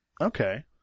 Okay